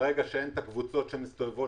ברגע שאין את הקבוצות שמסתובבות,